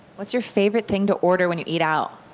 what's your favorite thing to order when you eat out?